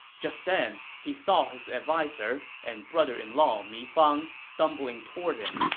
just then, he saw his adviser and brother-in-law mi fang stumbling toward him,